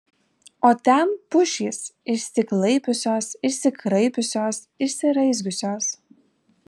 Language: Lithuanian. o ten pušys išsiklaipiusios išsikraipiusios išsiraizgiusios